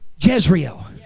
Jezreel